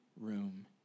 room